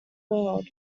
world